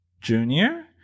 junior